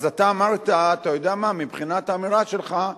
אז אתה אמרת: אתה יודע מה, מבחינת האמירה שלך,